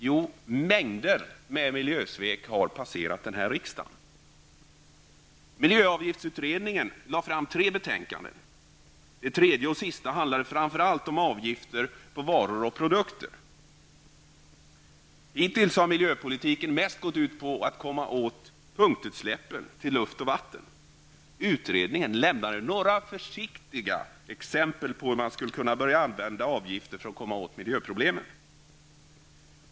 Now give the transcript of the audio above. Jo, mängder med miljösvek har passerat riksdagen. Miljöavgiftsutredningen lade fram tre betänkanden. Det tredje och sista handlade framför allt om avgifter på varor och produkter. Hittills har miljöpolitiken mest gått ut på att komma åt punktutsläppen till luft och vatten. Utredningen lämnade några försiktiga exempel på hur man skulle kunna börja använda avgifter för att komma åt miljöproblemen.